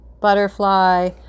butterfly